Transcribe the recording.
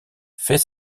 fait